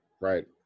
right